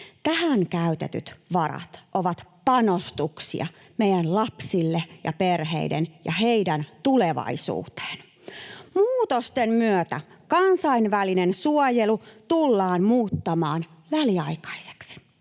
Tähän käytetyt varat ovat panostuksia meidän lapsillemme ja perheillemme ja heidän tulevaisuuteensa. Muutosten myötä kansainvälinen suojelu tullaan muuttamaan väliaikaiseksi.